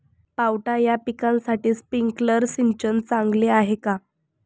पावटा या पिकासाठी स्प्रिंकलर सिंचन चांगले आहे का?